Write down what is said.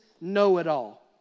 know-it-all